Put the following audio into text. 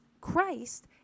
Christ